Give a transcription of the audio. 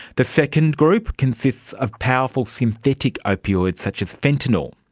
the second group consists of powerful synthetic opioids such as fentanyl.